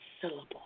syllable